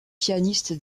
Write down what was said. pianiste